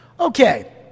Okay